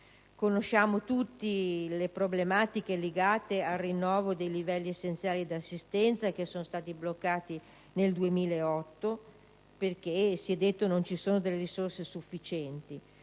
Conosciamo tutti le problematiche legate al rinnovo dei livelli essenziali di assistenza, che sono stati bloccati nel 2008 perché si è detto che non vi erano risorse sufficienti;